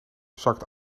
zakt